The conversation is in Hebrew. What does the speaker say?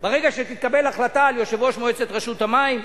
ברגע שתתקבל החלטה על יושב-ראש מועצת רשות המים.